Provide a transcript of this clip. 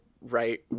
right